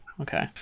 Okay